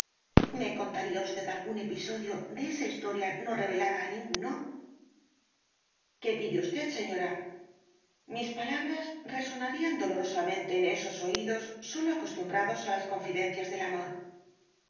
me contaría usted algún episodio de esa historia no revelada á ninguno qué pide usted señora mis palabras resonarían dolorosamente en esos oídos sólo acostumbrados á las confidencias del amor